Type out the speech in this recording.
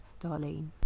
Darlene